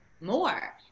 more